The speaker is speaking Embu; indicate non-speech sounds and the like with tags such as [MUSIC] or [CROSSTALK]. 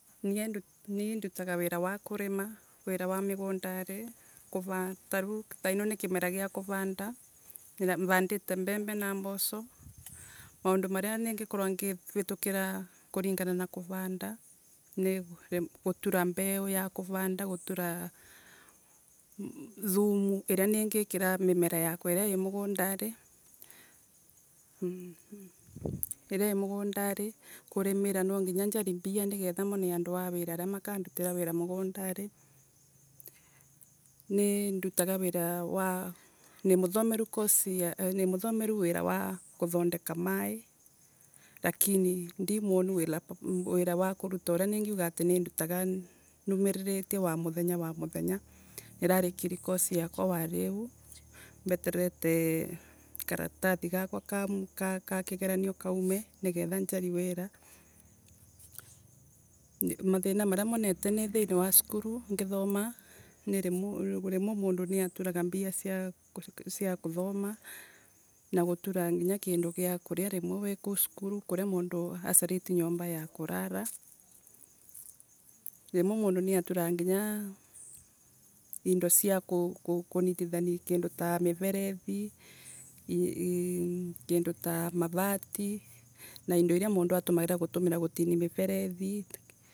Nie ndutaga wira wa kurima, wira wa mugundari, kuv tariu ni kimera gia kuvanda, mvandike mbembe na mboco, maundu maria ningikorwa ngivitukira kulingana na kuvanda ni gutura mbeu ya kuvanda, gutura thumu iriri ningikira mimera yakwa iria ii mugundari, mmh mmh, iria ii mugundari, kurima na nginya njari mbia nigetha ndive andu a wira aria magakorwa me mugundari. Nindutaga wira wa nimuthomenu cosi ya nimuthomeru wira kuthondeka maii, lakini ndimwonu wira wa kuruta uria ningiuga ati nindutaga urumiriritie wamuthenya wa muthenya. Nirarikirie cosi yakwa waariu mbetererete karatathi gaka kakakigeranio kaume nigetha njari wira. Mathina maria monete ni cukuru ngithoma, rimwe mundu niaturaga mbia cia kuthoma na gutuura nginya kindu gia kuria rimwe rina wi kuu cukuru kuria mundu acaritie nyomba ya kulala. Rimwe mundu niaturaga nginya indi cia kuku kunitani kindu ta mutherevi, [HESITATION] kindu taa mavati, na undu uria mundu atumagira kutini miverethi.